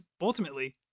ultimately